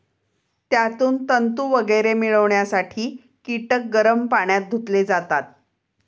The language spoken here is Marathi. त्यातून तंतू वगैरे मिळवण्यासाठी कीटक गरम पाण्यात धुतले जातात